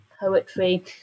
Poetry